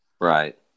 Right